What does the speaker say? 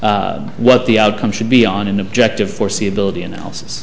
what the outcome should be on an objective foreseeability analysis